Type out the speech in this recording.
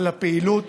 על הפעילות.